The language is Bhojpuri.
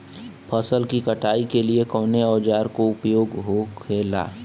फसल की कटाई के लिए कवने औजार को उपयोग हो खेला?